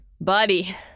Buddy